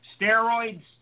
Steroids